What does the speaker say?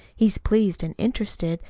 he's pleased and interested,